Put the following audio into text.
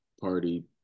Party